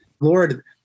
Lord